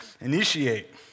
Initiate